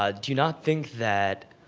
ah do you not think that